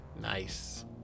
Nice